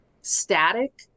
static